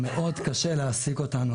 מאוד קשה להעסיק אותנו,